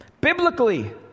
Biblically